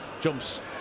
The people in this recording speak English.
jumps